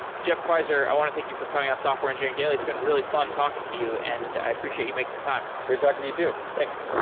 jeff queisser, queisser, i want to thank you for coming on software engineering daily. it's been really fun talking to you, and i appreciate you making the time. great talking to you too. thanks.